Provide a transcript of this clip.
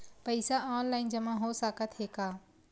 पईसा ऑनलाइन जमा हो साकत हे का?